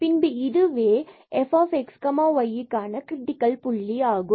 பின்பு இதுவே fxy critical புள்ளி ஆகும்